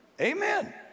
Amen